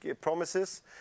promises